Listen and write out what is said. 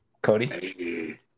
Cody